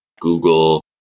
Google